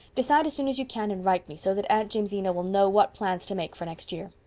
decide as soon as you can and write me, so that aunt jamesina will know what plans to make for next year.